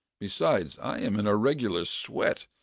besides i am in a regular sweat,